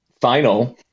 final